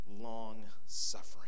long-suffering